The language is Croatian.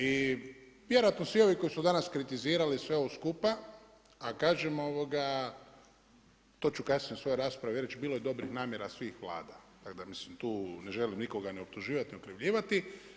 I vjerojatno svi ovi koji su danas kritizirali sve ovo skupa, a kažem to ću kasnije u svojoj raspravi reći, bilo je dobrih namjera svih Vlada, tako da tu ne želim nikoga optuživati i okrivljivati.